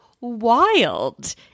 wild